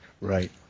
Right